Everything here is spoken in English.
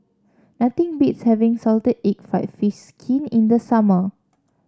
nothing beats having Salted Egg fried fish skin in the summer